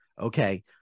okay